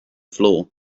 floor